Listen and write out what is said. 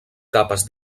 capes